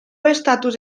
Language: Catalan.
estatus